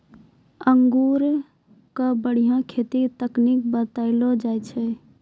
अंगूर के बढ़िया खेती के तकनीक बतइलो जाय छै